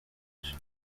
beach